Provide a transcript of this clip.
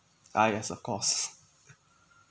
ah yes of course